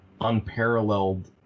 unparalleled